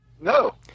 No